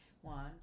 One